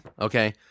Okay